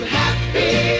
happy